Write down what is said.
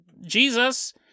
jesus